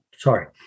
Sorry